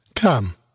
Come